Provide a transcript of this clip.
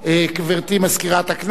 גברתי, מזכירת הכנסת,